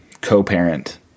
co-parent